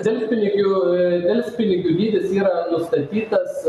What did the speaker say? delspinigių delspinigių dydis yra nustatytas